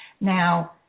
Now